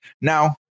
now